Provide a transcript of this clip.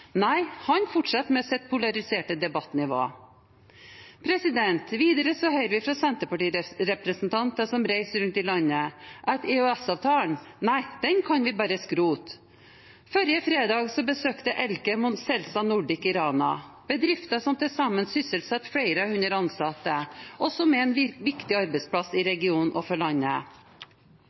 Nei, han fortsetter med sitt polariserte debattnivå. Videre hører vi fra Senterparti-representanter som reiser rundt i landet, at EØS-avtalen, nei den kan vi bare skrote. Forrige fredag besøkte jeg Elkem og Celsa Nordic i Rana – bedriften som til sammen sysselsetter flere hundre ansatte, og som er en viktig arbeidsplass i regionen og for landet.